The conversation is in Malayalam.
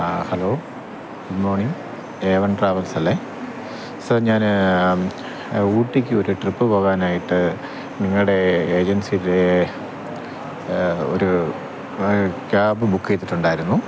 ആ ഹലോ ഗുഡ് മോണിങ് ഏ വണ് ട്രാവല്സല്ലേ സാര് ഞാൻ ഊട്ടിക്കൊരു ട്രിപ്പ് പോകാനായിട്ട് നിങ്ങളുടെ എജെന്സീടെ ഒരു ക്യാബ് ബുക്ക് ചെയ്തിട്ടുണ്ടായിരുന്നു